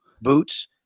boots